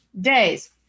days